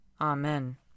Amen